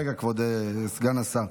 רגע כבוד סגן השר,